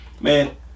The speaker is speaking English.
man